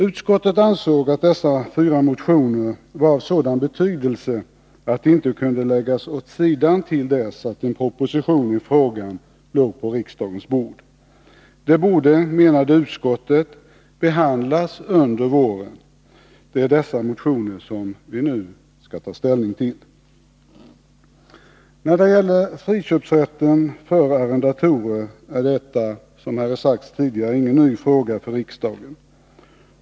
Utskottet ansåg dessa fyra motioner vara av sådan betydelse att de inte kunde läggas åt sidan till dess att en proposition i frågan låg på riksdagens bord. De borde, menade utskottet, behandlas under våren. Det är dessa motioner som vi nu skall ta ställning till. När det gäller friköpsrätten för arrendatorer är detta, vilket har sagts tidigare, ingen ny fråga för riksdagen.